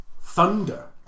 thunder